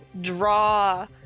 draw